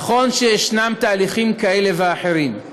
נכון שיש תהליכים כאלה ואחרים,